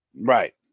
right